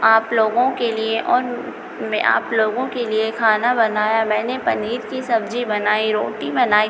आप लोगों के लिए और मैं आप लोगों के लिए खाना बनाया मैंने पनीर की सब्ज़ी बनाई रोटी बनाई